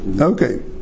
Okay